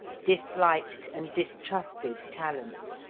disliked and distrusted talent.